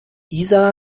isa